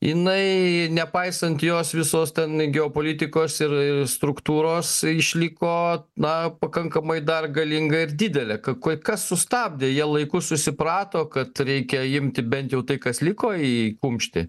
jinai nepaisant jos visos ten geopolitikos ir ir struktūros išliko na pakankamai dar galinga ir didelė ką kui kas sustabdė jie laiku susiprato kad reikia imti bent jau tai kas liko į kumštį